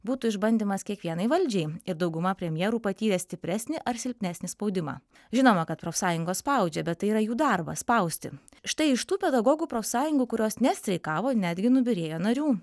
būtų išbandymas kiekvienai valdžiai ir dauguma premjerų patyrė stipresnį ar silpnesnį spaudimą žinoma kad profsąjungos spaudžia bet tai yra jų darbas spausti štai iš tų pedagogų profsąjungų kurios nestreikavo netgi nubyrėjo narių